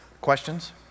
Questions